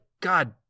God